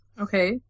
Okay